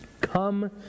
Come